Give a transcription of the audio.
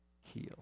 heal